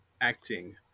acting